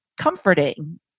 comforting